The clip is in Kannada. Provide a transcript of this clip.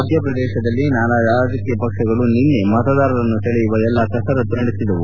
ಮಧ್ಯಪ್ರದೇಶದಲ್ಲಿ ನಾನಾ ರಾಜಕೀಯ ಪಕ್ಷಗಳು ನಿನ್ನೆ ಮತದಾರರನ್ನು ಸೆಳೆಯುವ ಎಲ್ಲಾ ಕಸರತ್ನು ನಡೆಸಿದವು